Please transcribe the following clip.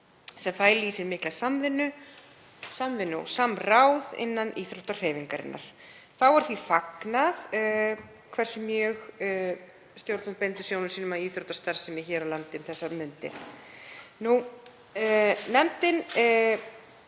sem fæli í sér mikla samvinnu og samráð innan íþróttahreyfingarinnar. Þá var því fagnað hversu mjög stjórnvöld beindu sjónum sínum að íþróttastarfsemi hér á landi um þessar mundir. Nefndin